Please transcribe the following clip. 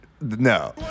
no